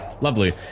lovely